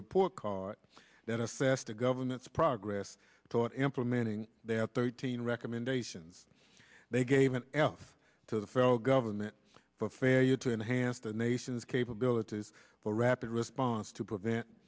report card that assessed the government's progress toward implementing their thirteen recommendations they gave an elf to the federal government for failure to enhance the nation's capabilities for rapid response to prevent